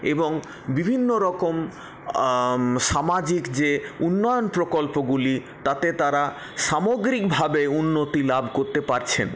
এবং বিভিন্নরকম সামাজিক যে উন্নয়ন প্রকল্পগুলি তাতে তারা সামগ্রিকভাবে উন্নতি লাভ করতে পারছেন